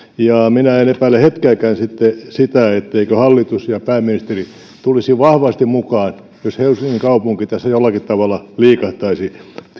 minä en epäile hetkeäkään sitten sitä etteivätkö hallitus ja pääministeri tulisi vahvasti mukaan jos helsingin kaupunki tässä jollakin tavalla liikahtaisi